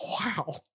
Wow